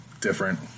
different